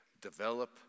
develop